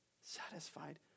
satisfied